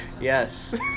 Yes